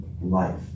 life